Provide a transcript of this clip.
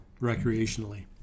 recreationally